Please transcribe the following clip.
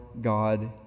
God